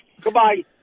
Goodbye